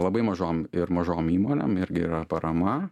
labai mažom ir mažom įmonėm irgi yra parama